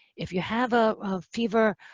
if you have a fever,